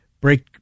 break